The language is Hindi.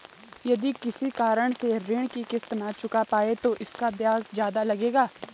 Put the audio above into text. यदि किसी कारण से ऋण की किश्त न चुका पाये तो इसका ब्याज ज़्यादा लगेगा?